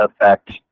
effect